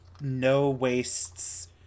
no-wastes